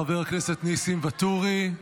חבר הכנסת ניסים ואטורי,